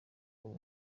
uwo